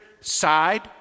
side